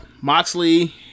Moxley